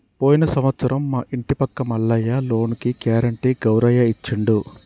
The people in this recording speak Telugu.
పోయిన సంవత్సరం మా ఇంటి పక్క మల్లయ్య లోనుకి గ్యారెంటీ గౌరయ్య ఇచ్చిండు